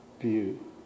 view